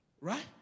Right